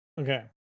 Okay